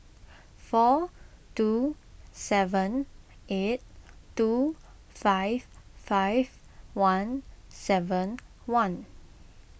four two seven eight two five five one seven one